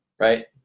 right